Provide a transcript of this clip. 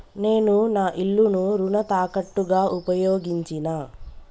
నేను నా ఇల్లును రుణ తాకట్టుగా ఉపయోగించినా